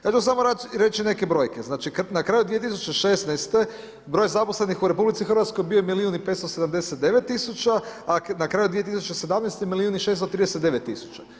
Ja ću samo reći neke brojke, znači na kraju 2016. broj zaposlenih u RH bio je milijun i 579 tisuća a na kraju 2017. milijun i 639 tisuća.